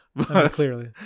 clearly